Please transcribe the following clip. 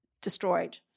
destroyed